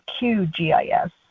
QGIS